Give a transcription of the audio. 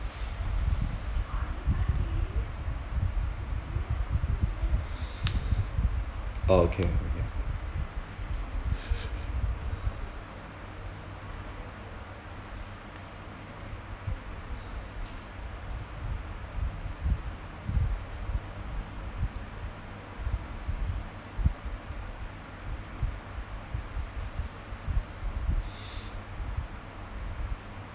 oh okay okay